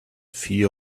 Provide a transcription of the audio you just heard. fear